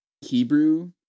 hebrew